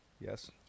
Yes